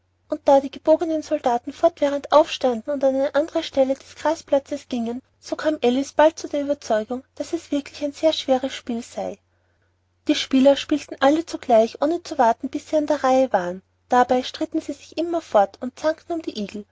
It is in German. und da die umgebogenen soldaten fortwährend aufstanden und an eine andere stelle des grasplatzes gingen so kam alice bald zu der ueberzeugung daß es wirklich ein sehr schweres spiel sei die spieler spielten alle zugleich ohne zu warten bis sie an der reihe waren dabei stritten sie sich immerfort und zankten um die igel